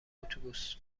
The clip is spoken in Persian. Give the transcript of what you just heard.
اتوبوس